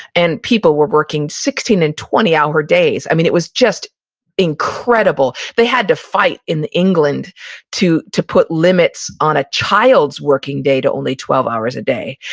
and people were working sixteen and twenty hour days. i mean, it was just incredible. they had to fight in england to to put limits on a child's working day to only twelve hours a day.